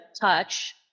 touch